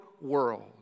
world